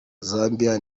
zambia